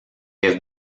have